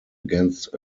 against